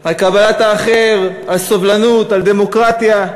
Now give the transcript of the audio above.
על קבלת האחר, על סובלנות, על דמוקרטיה,